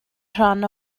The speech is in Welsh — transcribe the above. rhan